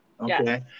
okay